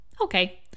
okay